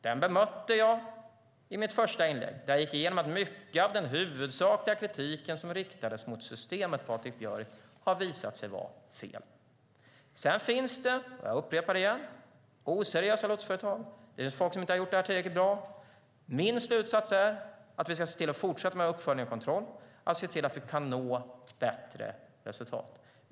Den bemötte jag i mitt första inlägg, där jag gick igenom att mycket av den huvudsakliga kritik som riktades mot systemet har visat sig vara fel, Patrik Björck. Sedan finns det - jag upprepar det igen - oseriösa lotsföretag, folk som inte har gjort detta tillräckligt bra. Min slutsats är att vi ska se till att fortsätta med uppföljning och kontroll och se till att vi kan nå bättre resultat.